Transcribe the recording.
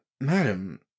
madam